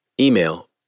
email